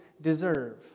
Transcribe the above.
deserve